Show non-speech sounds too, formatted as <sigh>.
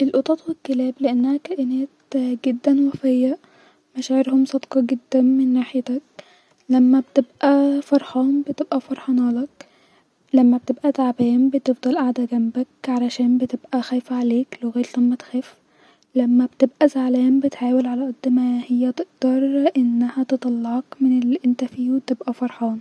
في اماكن في مصر لغايه دلوقتي لسه مش رحتها زي <hesitation> لقصر واسوان وحطها في الخطه ان شاء الله اني اروحها-وكافيه فرفشه الي في شرم الشيخ عشان عامل اجواء مختلفه عن-بقيت ال-الكافيهات التانيه الي في كذا مكان سياحي موجود